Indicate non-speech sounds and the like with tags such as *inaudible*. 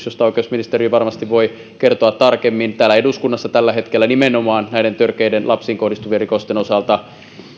*unintelligible* josta oikeusministeri varmasti voi kertoa tarkemmin täällä eduskunnassa tällä hetkellä nimenomaan näiden törkeiden lapsiin kohdistuvien rikosten osalta